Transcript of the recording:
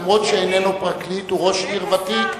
אף שאיננו פרקליט הוא ראש עיר ותיק.